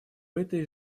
этой